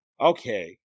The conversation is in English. Okay